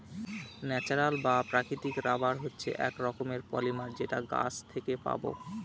natural বা প্রাকৃতিক rubber হচ্ছে এক রকমের পলিমার যেটা গাছ থেকে পাবো